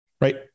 right